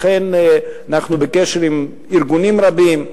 לכן, אנחנו בקשר עם ארגונים רבים,